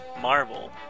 Marvel